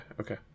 Okay